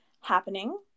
happening